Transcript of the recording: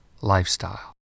lifestyle